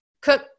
cook